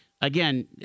again